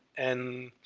and,